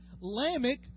Lamech